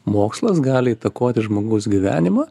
mokslas gali įtakoti žmogaus gyvenimą